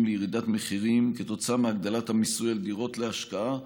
לירידת מחירים כתוצאה מהגדלת המיסוי על דירות להשקעה,